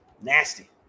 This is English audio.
Nasty